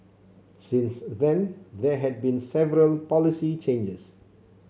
since then there had been several policy changes